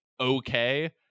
okay